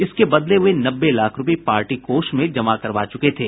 इसके बदले वे नब्बे लाख रूपये पार्टी कोष में जमा करवा चुके थे